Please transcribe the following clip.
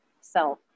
self